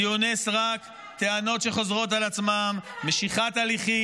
אתה לא מוכן להקשיב.